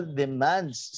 demands